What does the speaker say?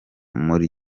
muri